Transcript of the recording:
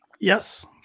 Yes